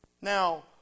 Now